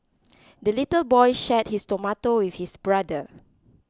the little boy shared his tomato with his brother